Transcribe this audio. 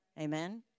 Amen